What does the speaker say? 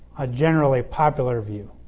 a generally popular view.